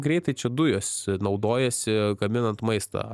greitai čia dujos naudojasi gaminant maistą